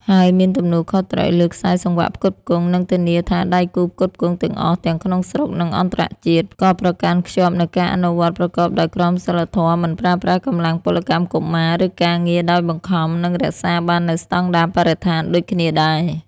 ហើយមានទំនួលខុសត្រូវលើខ្សែសង្វាក់ផ្គត់ផ្គង់ និងធានាថាដៃគូផ្គត់ផ្គង់ទាំងអស់ ទាំងក្នុងស្រុក និងអន្តរជាតិ ក៏ប្រកាន់ខ្ជាប់នូវការអនុវត្តប្រកបដោយក្រមសីលធម៌ មិនប្រើប្រាស់កម្លាំងពលកម្មកុមារ ឬការងារដោយបង្ខំ និងរក្សាបាននូវស្តង់ដារបរិស្ថានដូចគ្នាដែរ។